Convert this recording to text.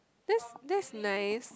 that's that's nice